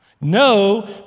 No